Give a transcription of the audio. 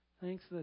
Thanks